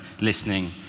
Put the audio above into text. listening